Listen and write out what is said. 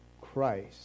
Christ